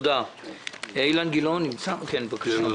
אילן גילאון, בבקשה.